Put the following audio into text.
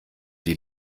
die